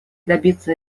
добиться